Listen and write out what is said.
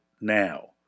now